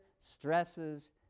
stresses